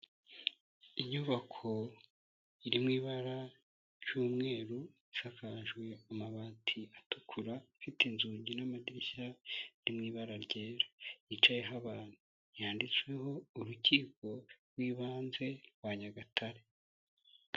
Inyubako iri mu ibara ry'umweru, isakajwe amabati atukura, ifite inzugi n'amadirishya biri mu ibara ryera, yicayeho abantu yanyanditsweho Urukiko rw'Ibanze rwa Nyagatare.